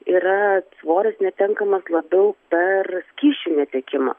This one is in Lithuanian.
yra svoris netenkamas labiau per skysčių netekimą